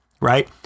right